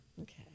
Okay